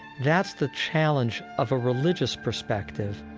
that's the challenge of a religious perspective